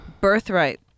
Birthright